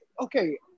okay